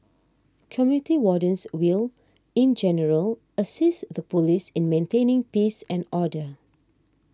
community wardens will in general assist the police in maintaining peace and order